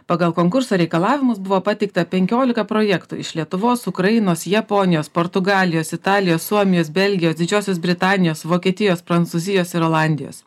pagal konkurso reikalavimus buvo pateikta penkiolika projektų iš lietuvos ukrainos japonijos portugalijos italijos suomijos belgijos didžiosios britanijos vokietijos prancūzijos ir olandijos